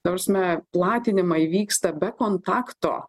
ta prasme platinimai vyksta be kontakto